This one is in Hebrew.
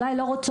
אולי לא רוצות,